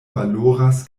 valoras